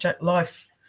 life